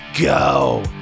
go